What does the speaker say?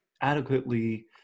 adequately